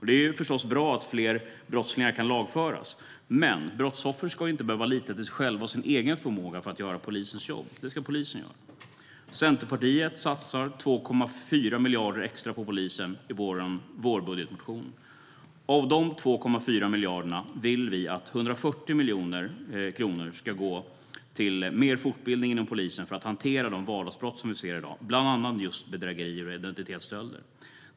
Det är förstås bra att fler brottslingar kan lagföras, men brottsoffer ska inte behöva lita till sig själva och sin egen förmåga att göra polisens jobb. Det ska polisen göra. Centerpartiet satsar 2,4 miljarder extra på polisen i sin vårbudgetmotion. Av dessa 2,4 miljarder vill vi att 140 miljoner kronor satsas på mer fortbildning inom polisen för att hantera de vardagsbrott som vi ser i dag, bland annat just bedrägerier och identitetsstölder.